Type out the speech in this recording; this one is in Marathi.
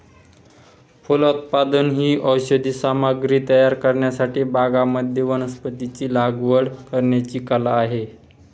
फलोत्पादन ही औषधी सामग्री तयार करण्यासाठी बागांमध्ये वनस्पतींची लागवड करण्याची कला आहे